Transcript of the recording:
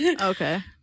Okay